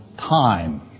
time